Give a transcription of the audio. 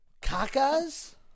cacas